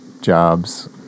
jobs